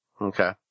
okay